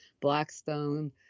Blackstone